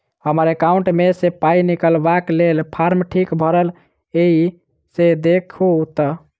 हम्मर एकाउंट मे सऽ पाई निकालबाक लेल फार्म ठीक भरल येई सँ देखू तऽ?